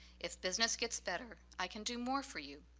if business gets better, i can do more for you.